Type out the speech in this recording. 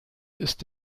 ist